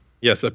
Yes